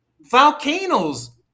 volcanoes